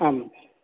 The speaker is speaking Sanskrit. आम्